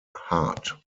hart